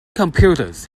computers